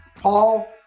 Paul